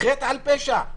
חטא על פשע.